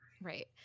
Right